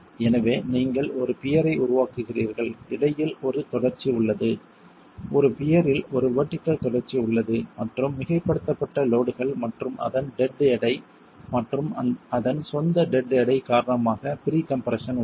எனவே நீங்கள் ஒரு பியர் ஐ உருவாக்குகிறீர்கள் இடையில் ஒரு தொடர்ச்சி உள்ளது ஒரு பியர்ரில் ஒரு வெர்டிகள் தொடர்ச்சி உள்ளது மற்றும் மிகைப்படுத்தப்பட்ட லோட்கள் மற்றும் அதன் டெட் எடை மற்றும் அதன் சொந்த டெட் எடை காரணமாக ப்ரீ கம்ப்ரெஸ்ஸன் உள்ளது